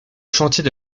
chantiers